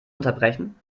unterbrechen